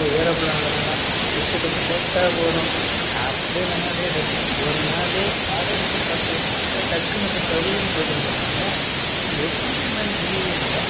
இப்போ ஏரோபிளேனில் என்னென்னா டிக்கெட்டு போட்டால் போதும் அப்படியே என்னென்னா அப்படியே ஒரு நாள் அப்படியே பத்து டக்குன்னு அப்படியே சல்லுன்னு போய்விட்டு வந்துடுறாங்க அதெல்லாம் எப்படிதான் என்னென்று புரியவே இல்லை